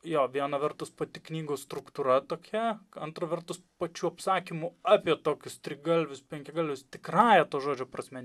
jo viena vertus pati knygos struktūra tokia antra vertus pačių apsakymų apie tokius trigalvius penkiagalvius tikrąja to žodžio prasme